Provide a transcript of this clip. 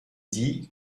dit